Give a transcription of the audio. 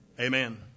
amen